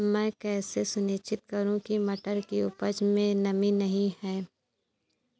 मैं कैसे सुनिश्चित करूँ की मटर की उपज में नमी नहीं है?